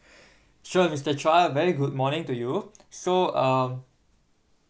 sure mister chua very good morning to you so uh